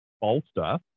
bolster